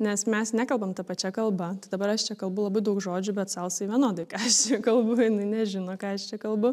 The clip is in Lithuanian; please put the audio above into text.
nes mes nekalbam ta pačia kalba tai dabar aš čia kalbu labai daug žodžių bet salsai vienodai ką aš čia kalbu jinai nežino ką aš čia kalbu